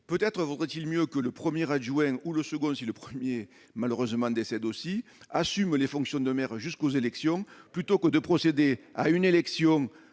peut-être vaudrait-il mieux que le premier adjoint ou le second si le 1er malheureusement décèdent aussi assumer les fonctions de maire jusqu'aux élections, plutôt que de procéder à une élection